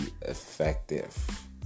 effective